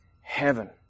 heaven